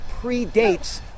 predates